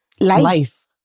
life